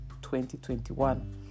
2021